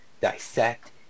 dissect